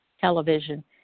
television